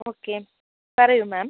okay പറയൂ മാം